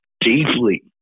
deeply